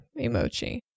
emoji